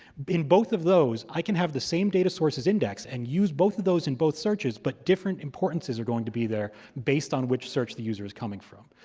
in both of those, i can have the same data sources index and use both of those in both searches, but different importances are going to be there, based on which search the user is coming from.